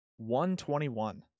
121